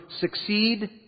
succeed